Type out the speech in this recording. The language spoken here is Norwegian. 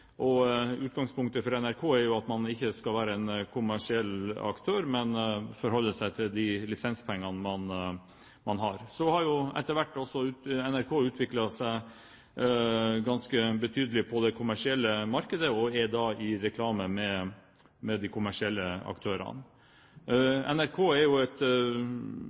og utgangspunktet for NRK er jo at man ikke skal være en kommersiell aktør, men forholde seg til de lisenspengene man har. Så har jo etter hvert også NRK utviklet seg ganske betydelig på det kommersielle markedet, og er i konkurranse med de kommersielle aktørene. NRK er jo